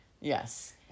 Yes